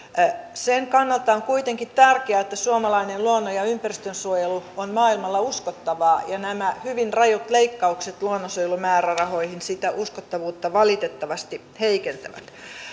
sen kannalta on kuitenkin tärkeää että suomalainen luonnon ja ympäristönsuojelu on maailmalla uskottavaa ja nämä hyvin rajut leikkaukset luonnonsuojelun määrärahoihin sitä uskottavuutta valitettavasti heikentävät